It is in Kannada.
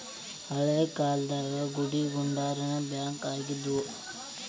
ಹಳೇ ಕಾಲ್ದಾಗ ಗುಡಿಗುಂಡಾರಾನ ಬ್ಯಾಂಕ್ ಆಗಿದ್ವು